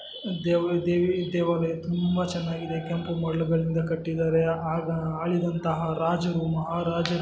ದೇವ ದೇವಿ ದೇವಾಲಯ ತುಂಬ ಚೆನ್ನಾಗಿದೆ ಕೆಂಪು ಮರಳುಗಳಿಂದ ಕಟ್ಟಿದ್ದಾರೆ ಆಗ ಆಳಿದಂತಹ ರಾಜರು ಮಹಾರಾಜರು